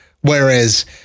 Whereas